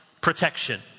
protection